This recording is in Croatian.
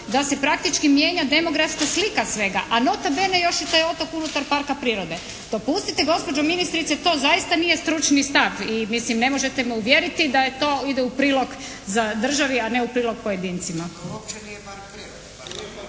da se praktički mijenja demografska slika svega. A noto bene još i taj otok je unutar parka prirode. Dopustite gospođo ministrice, to zaista nije stručni stav. I mislim, ne možete me uvjeriti da je to, ide u prilog za državi, a ne u prilog pojedincima.